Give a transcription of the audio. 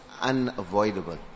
unavoidable